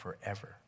forever